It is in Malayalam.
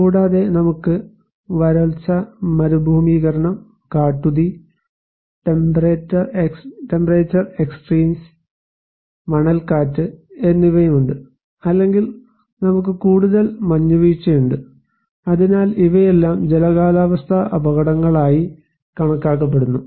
കൂടാതെ നമുക്ക് വരൾച്ച മരുഭൂമീകരണം കാട്ടു തീ ടെംപറേറ്റർ എക്സ്സ്ട്രീമിസ് മണൽക്കാറ്റ് എന്നിവയുണ്ട് അല്ലെങ്കിൽ നമുക്ക് കൂടുതൽ മഞ്ഞുവീഴ്ചയുണ്ട് അതിനാൽ ഇവയെല്ലാം ജല കാലാവസ്ഥാ അപകടങ്ങളായി കണക്കാക്കപ്പെടുന്നു